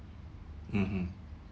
mmhmm